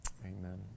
amen